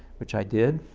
which i did.